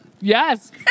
Yes